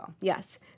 yes